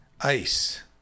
ICE